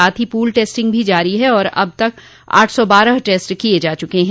साथ ही pool testing भी जारी है और अब तक आठ सौ बारह टेस्ट किये जा चुके हैं